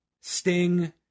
sting